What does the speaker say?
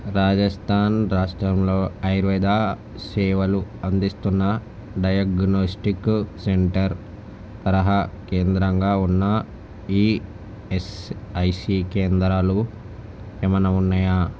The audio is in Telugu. రాజస్థాన్ రాష్ట్రంలో ఆయుర్వేద సేవలు అందిస్తున్న డయాగ్నోస్టిక్ సెంటర్ తరహా కేంద్రంగా ఉన్న ఈఎస్ఐసి కేంద్రాలు ఏమైనా ఉన్నయా